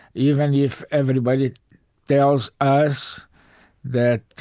even if everybody tells us that